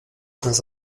dans